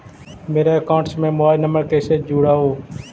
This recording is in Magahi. मेरा अकाउंटस में मोबाईल नम्बर कैसे जुड़उ?